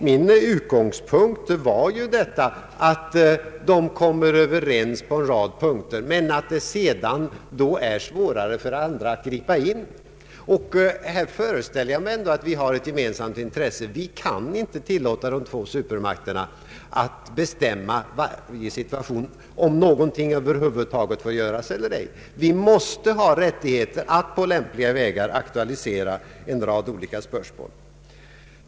Min utgångspunkt var att de båda supermakterna kan komma överens på en rad punkter, men att det sedan är svårare för de mindre staterna att agera. Här föreställer jag mig ändå att vi har ett gemensamt intresse. Vi kan inte tillåta de två supermakterna att i varje situation bestämma om någonting över huvud taget får göras eller inte. även andra stater måste ha rättighet att på lämpligt sätt aktualisera olika spörsmål.